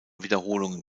wiederholungen